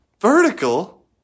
Vertical